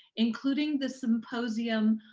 including the symposium,